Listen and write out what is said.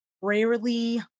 Rarely